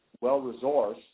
well-resourced